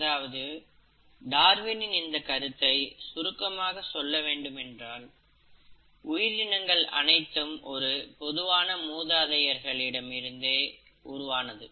அதாவது டார்வினின் இந்த கருத்தை சுருக்கமாக சொல்ல வேண்டுமென்றால் உயிரினங்கள் அனைத்தும் ஒரு பொதுவான மூதாதையர்கள் இடமிருந்து உருவானது